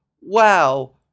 wow